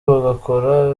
bagakora